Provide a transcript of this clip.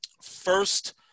First